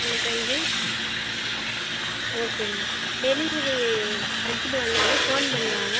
தொண்ணுத்தஞ்சு ஓகேங்க டெலிவரி எடுத்துட்டு வந்தவொடனே ஃபோன் பண்ணுவாங்க